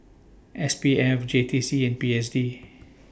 S P F J T C and P S D